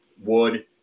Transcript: Wood